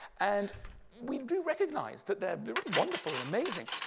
and we do recognize that they are really wonderful and amazing.